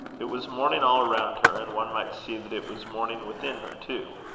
it was morning all around her and one might see that it was morning within her too,